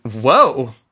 Whoa